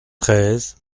treize